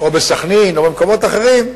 או בסח'נין, או במקומות אחרים,